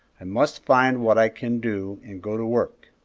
i must find what i can do and go to work.